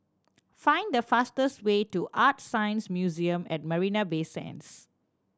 find the fastest way to ArtScience Museum at Marina Bay Sands